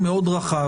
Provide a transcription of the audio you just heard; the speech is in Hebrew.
הוא מאוד רחב,